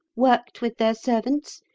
worked with their servants,